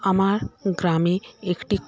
আমার গ্রামে একটি